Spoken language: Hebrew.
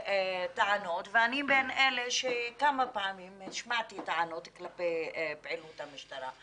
טענות ואני בין אלה שכמה פעמים השמעתי טענות כלפי פעילות המשטרה.